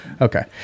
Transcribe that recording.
Okay